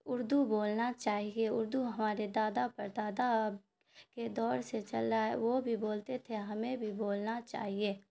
اردو بولنا چاہیے اردو ہمارے دادا پردادا کے دور سے چل رہا ہے وہ بھی بولتے تھے ہمیں بھی بولنا چاہیے